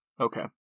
Okay